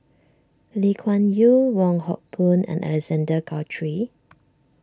Lee Kuan Yew Wong Hock Boon and Alexander Guthrie